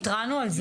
התרענו על זה.